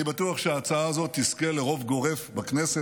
אני בטוח שההצעה הזאת תזכה לרוב גורף בכנסת.